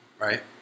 Right